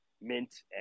Mint